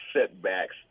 setbacks